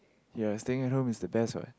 ya staying at home is the best what